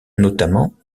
notamment